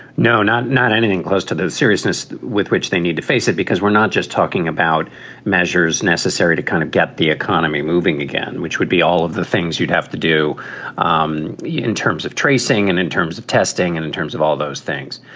no, not not anything close to the seriousness with which they need to face it, because we're not just talking about measures necessary to kind of get the economy moving again, which would be all of the things you'd have to do um in terms of tracing and in terms of testing and in terms of all those things.